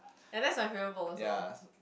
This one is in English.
and that's my favourite book also